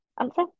answer